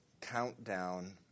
Countdown